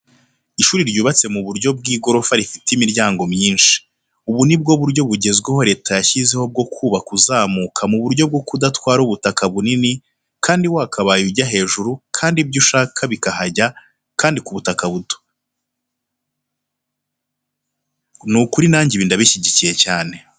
Ishuri ryubatse mu buryo bw'igorofa rifite imiryango myinshi. Ubu ni bwo buryo bugezweho leta yashizeho bwo kubaka uzamuka mu buryo bwo kudatwara ubutaka bunini kandi wakabaye ujya hejuru kandi ibyo ushaka bikahajya kandi ku butaka buto. Ni ukuri nanjye ibi ndabishyigikiye cyane.